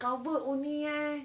cover only eh